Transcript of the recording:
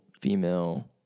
female